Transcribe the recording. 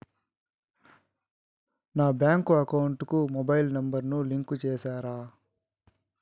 నా bank account కు mobile number ను లింకు చేస్తారా?